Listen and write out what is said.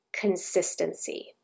consistency